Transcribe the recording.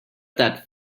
that